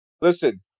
listen